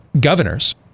governors